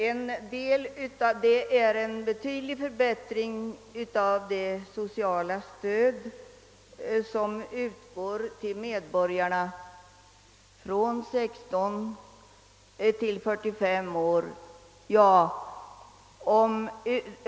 En del av dessa förbättringar utgörs av en betydande höjning av det sociala stöd som utgår till medborgare mellan 16 och 45 år som bedriver studieverksamhet.